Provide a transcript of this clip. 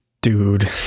Dude